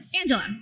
Angela